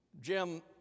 Jim